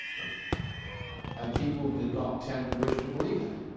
and and people did not tend to wish to believe it.